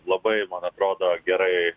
labai man atrodo gerai